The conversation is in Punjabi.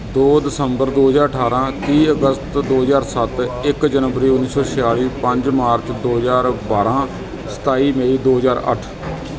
ਦੋ ਦਸੰਬਰ ਦੋ ਹਜ਼ਾਰ ਅਠਾਰ੍ਹਾਂ ਤੀਹ ਅਗਸਤ ਦੋ ਹਜ਼ਾਰ ਸੱਤ ਇੱਕ ਜਨਵਰੀ ਉੱਨੀ ਸੌ ਛਿਆਲੀ ਪੰਜ ਮਾਰਚ ਦੋ ਹਜ਼ਾਰ ਬਾਰ੍ਹਾਂ ਸਤਾਈ ਮਈ ਦੋ ਹਜ਼ਾਰ ਅੱਠ